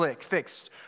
fixed